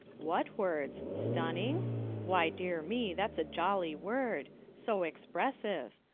what words stunning why, dear me, that is a jolly word so expressive.